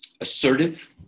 assertive